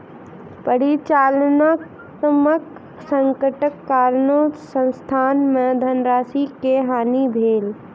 परिचालनात्मक संकटक कारणेँ संस्थान के धनराशि के हानि भेल